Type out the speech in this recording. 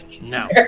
No